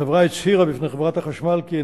החברה הצהירה בפני חברת חשמל כי היא